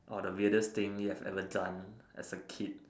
or the weirdest thing you have ever done as a kid